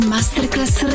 Masterclass